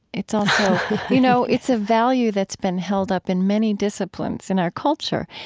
it's um you know it's a value that's been held up in many disciplines in our culture.